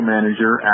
Manager